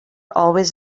always